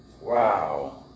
Wow